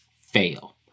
fail